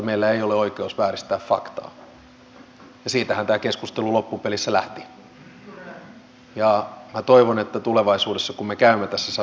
vapaaehtoisen maanpuolustustyön lisärahoitus eduskunnasta on varmasti tärkeä ja myös täällä on keskusteltu eun avunantolausekkeesta